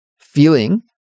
feeling